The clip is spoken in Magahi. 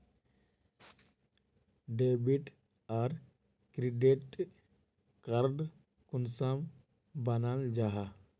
डेबिट आर क्रेडिट कार्ड कुंसम बनाल जाहा?